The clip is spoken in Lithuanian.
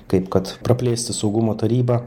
kaip kad praplėsti saugumo tarybą